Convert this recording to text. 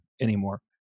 anymore